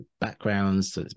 backgrounds